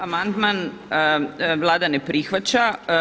Amandman Vlada ne prihvaća.